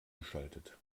geschaltet